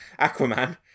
aquaman